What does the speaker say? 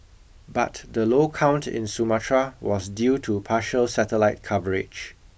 but the low count in Sumatra was due to partial satellite coverage